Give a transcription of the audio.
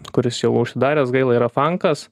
kuris jau užsidaręs gaila yra fankas